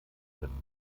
können